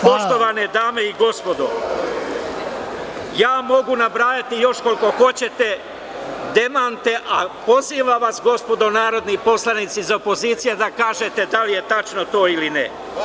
Poštovane dame i gospodo, mogu nabrajati još koliko hoćete demante, a pozivam vas, gospodo narodni poslanici iz opozicije, da kažete da li je tačno to ili ne.